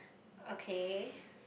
okay